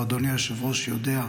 ואדוני היושב-ראש יודע,